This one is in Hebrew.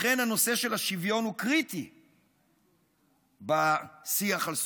לכן הנושא של השוויון הוא קריטי בשיח על סובלנות,